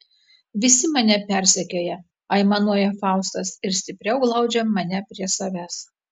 visi mane persekioja aimanuoja faustas ir stipriau glaudžia mane prie savęs